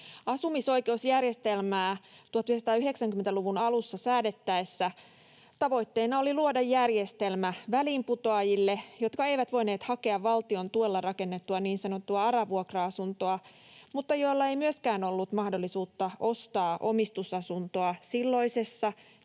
Asumisoikeusjärjestelmää 1990-luvun alussa säädettäessä tavoitteena oli luoda järjestelmä väliinputoajille, jotka eivät voineet hakea valtion tuella rakennettua niin sanottua ARA-vuokra-asuntoa mutta joilla ei myöskään ollut mahdollisuutta ostaa omistusasuntoa silloisessa